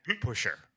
pusher